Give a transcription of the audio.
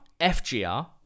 FGR